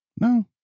no